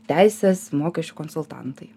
teisės mokesčių konsultantai